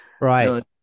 Right